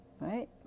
right